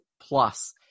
plus